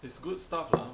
it's good stuff lah